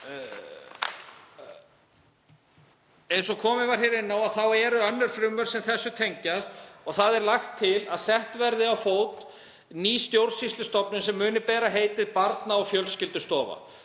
Eins og komið var inn á eru önnur frumvörp sem þessu tengjast. Lagt er til að sett verði á fót ný stjórnsýslustofnun sem mun bera heitið Barna- og fjölskyldustofa.